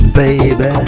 baby